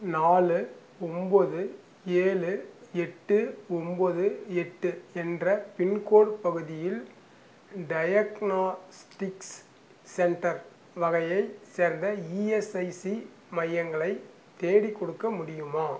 நாலு ஒம்பது ஏழு எட்டு ஒம்பது எட்டு என்ற பின்கோடு பகுதியில் டயக்னாஸ்டிக்ஸ் சென்டர் வகையைச் சேர்ந்த இஎஸ்ஐசி மையங்களை தேடிக்கொடுக்க முடியுமா